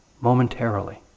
momentarily